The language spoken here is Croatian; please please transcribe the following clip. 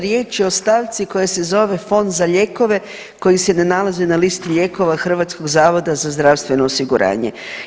Riječ je o stavci koja se zove Fond za lijekove koji se ne nalazi na listi lijekova Hrvatskog zavoda za zdravstveno osiguranje.